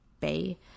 bay